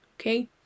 Okay